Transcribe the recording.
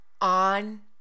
On